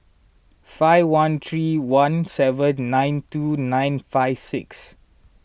five one three one seven nine two nine five six